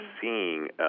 seeing